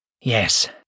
Yes